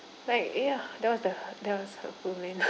like ya that was the that was hurtful man